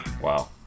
Wow